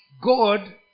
God